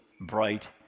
bright